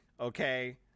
Okay